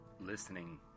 listening